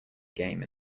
game